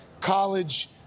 college